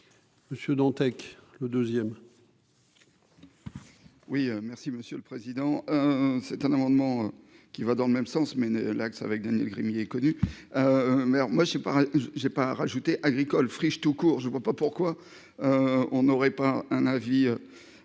Monsieur Dantec, le deuxième. Oui merci monsieur le président, c'est un amendement qui va dans le même sens, mais l'axe avec Daniel Gremillet connu mais moi je ai pas j'ai pas rajouter agricole friche tout court, je ne vois pas pourquoi on aurait pas un avis